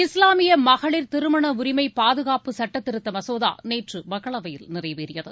இஸ்லாமிய மகளிர் திருமண உரிமை பாதுகாப்பு சுட்டத்திருத்த மசோதா நேற்று மக்களவையில் நிறைவேறியது